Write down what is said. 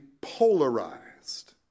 polarized